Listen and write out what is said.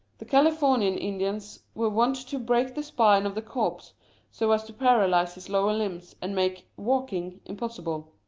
the californian indians were wont to break the spine of the corpse so as to paralyse his lower limbs, and make walking impossible.